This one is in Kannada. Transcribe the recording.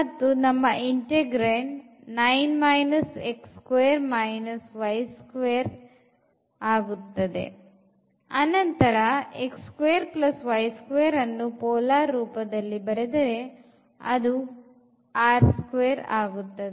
ಮತ್ತು integrand ಆಗುತ್ತದೆ ಅನಂತರ ಅನ್ನು polar ರೂಪದಲ್ಲಿ ಬರೆದರೆ ಅದು ಆಗುತ್ತದೆ